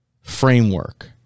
framework